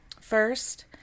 First